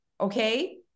okay